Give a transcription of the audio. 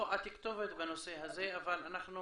לא, את כתובת בנושא הזה, אבל אנחנו